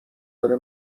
داره